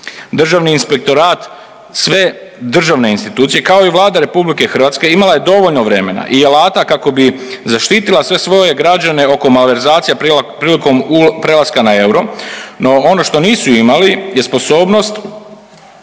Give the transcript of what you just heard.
Državni inspektorat sve državne institucije kao i Vlada Republike Hrvatske imala je dovoljno vremena i alata kako bi zaštitila sve svoje građane oko malverzacija prilikom prelaska na euro. No, ono što nisu imali je sposobnost